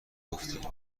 گفتی